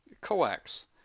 coax